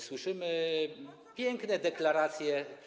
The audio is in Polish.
Słyszymy piękne deklaracje.